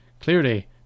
Clearly